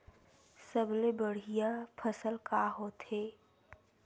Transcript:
सबले बढ़िया फसल का होथे?